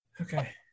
Okay